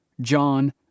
John